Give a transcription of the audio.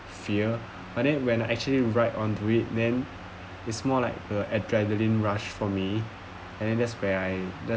fear but then when I actually ride onto it then it's more like a adrenalin rush for me and then that's where I